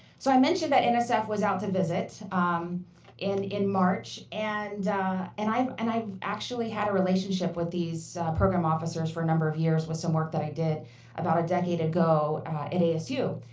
so i mentioned that so nsf was out to visit in in march. and and i've and i've actually had a relationship with these program officers for a number of years with some work that i did about a decade ago at asu.